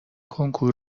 کنکور